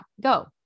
Go